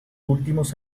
últimos